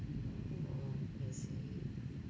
oh I see mm